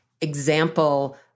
example